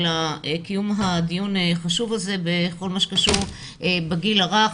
על קיום הדיון החשוב הזה בכל מה שקשור בגיל הרך,